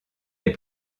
les